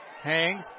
hangs